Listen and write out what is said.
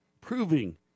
proving